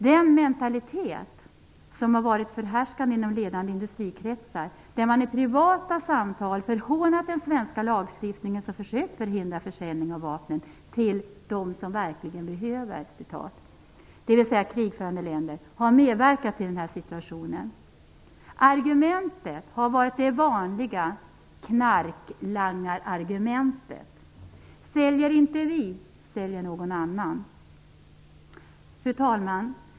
Den mentalitet som varit förhärskande inom ledande industrikretsar, där man i privata samtal har förhånat den svenska lagstiftning som försökt förhindra försäljningen av vapen till "dem som verkligen behöver", dvs. krigförande länder, har medverkat till den här situationen. Argumentet har varit det vanliga knarklangarargumentet: Säljer inte vi så säljer någon annan. Fru talman!